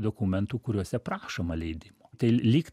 dokumentų kuriuose prašoma leidimo tai lyg